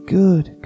good